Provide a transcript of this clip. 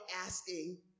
asking